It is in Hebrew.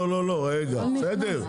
--- היישום שלו.